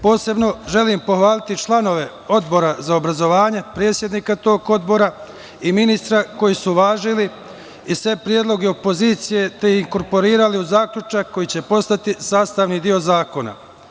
Posebno želim pohvaliti članove Odbora za obrazovanje, predsednika tog odbora i ministra koji su uvažili sve predloge opozicije, te ih inkorporirali u zaključak koji će postati sastavni deo zakona.